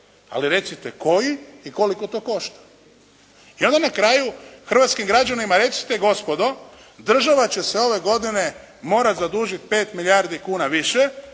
Ali recite koji i koliko to košta. I onda na kraju hrvatskim građanima recite gospodo država će se ove godine morati zadužiti 5 milijardi kuna više